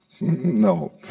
no